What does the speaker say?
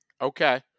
Okay